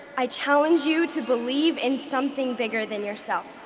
i challenge you to believe in something bigger than yourself.